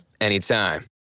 anytime